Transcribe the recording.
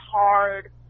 hard